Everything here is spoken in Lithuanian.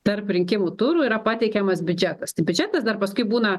tarp rinkimų turų yra pateikiamas biudžetas tai biudžetas dar paskui būna